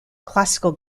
classical